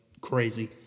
crazy